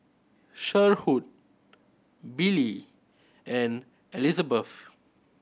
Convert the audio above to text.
Sherwood Billy and Elizebeth